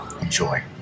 Enjoy